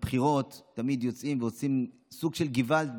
בבחירות תמיד יוצאים ועושים סוג של געוואלד בקמפיינים.